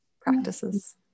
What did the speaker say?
Practices